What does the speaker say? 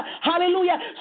hallelujah